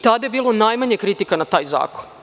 Tada je bilo najmanje kritika na taj zakon.